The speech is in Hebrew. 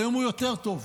והיום הוא יותר טוב.